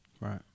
right